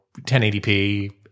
1080p